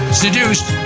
seduced